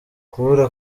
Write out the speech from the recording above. kubura